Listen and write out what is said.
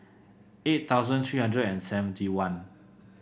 eight thousand three hundred and seventy one